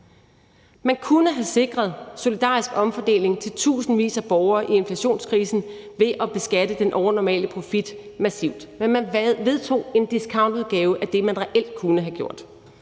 Man kunne have sikret solidarisk omfordeling til tusindvis af borgere i inflationskrisen ved at beskatte den overnormale profit massivt, men man vedtog en discountudgave af det, man reelt kunne have gjort.